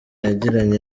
yagiranye